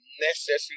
necessary